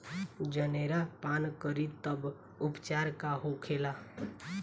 जनेरा पान करी तब उपचार का होखेला?